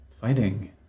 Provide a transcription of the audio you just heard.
fighting